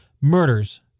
murders